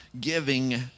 giving